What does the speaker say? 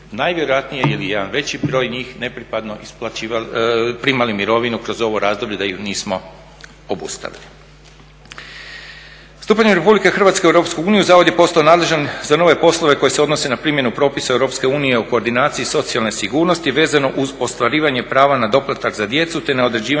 najvjerojatnije ili jedan veći broj njih ne pripadno primali mirovinu kroz ovo razdoblje da ju nismo obustavili. Stupanjem RH u EU zavod je postao nadležan za nove poslove koji se odnose na primjenu propisa EU o koordinaciji socijalne sigurnosti vezano uz ostvarivanje prava na doplatak za djecu te na određivanje